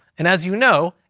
and as you know,